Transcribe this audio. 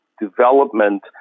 development